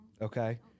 okay